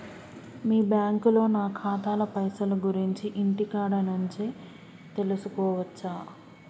మీ బ్యాంకులో నా ఖాతాల పైసల గురించి ఇంటికాడ నుంచే తెలుసుకోవచ్చా?